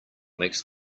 makes